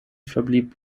verblieb